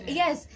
yes